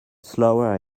slower